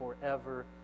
forever